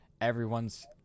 everyone's